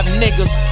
niggas